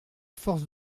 force